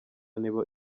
nibo